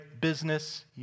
business